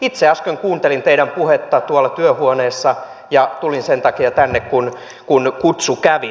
itse äsken kuuntelin teidän puhettanne tuolla työhuoneessa ja tulin sen takia tänne kun kutsu kävi